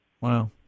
Wow